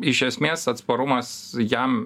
iš esmės atsparumas jam